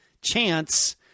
chance